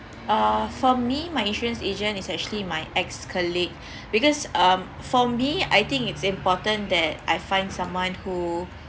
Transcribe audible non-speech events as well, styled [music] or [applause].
uh for me my insurance agent is actually my ex colleague [breath] because uh for me I think it's important that I find someone who